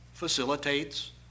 facilitates